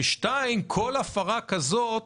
שנית, כל הפרה כזאת